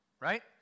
right